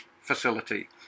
facility